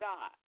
God